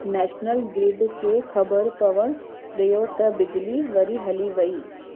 national grid खे ख़बरु पवणु ॾियो त बिजली वरी हली वई